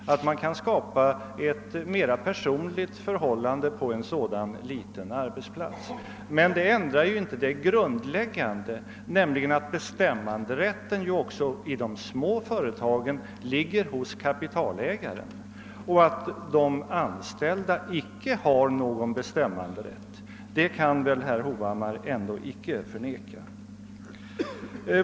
Givetvis kan man skapa ett mer personligt förhållande på en liten arbetsplats. Men det ändrar inte det grundläggande, nämligen att bestämmanderätten också i de små företagen ligger hos kapitalägaren — ett faktum som väl herr Hovhammar ändå inte kan förneka.